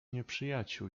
nieprzyjaciół